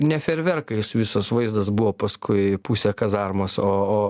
ne fejerverkais visas vaizdas buvo paskui pusė kazarmos o o